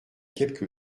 quelque